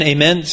Amen